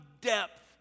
depth